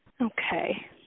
Okay